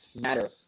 matter